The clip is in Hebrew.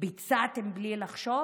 ביצעתם בלי לחשוב?